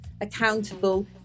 accountable